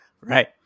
Right